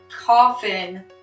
coffin